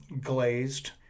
glazed